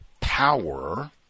power